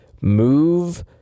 move